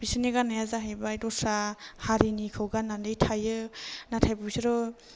बिसिनि गाननाया जाहैबाय दस्रा हारिनिखौ गाननानै थायो नाथाय बिसोरबो